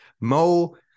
Mo